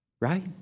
Right